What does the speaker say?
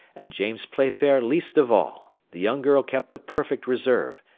and james playfair least of all the young girl kept a perfect reserve,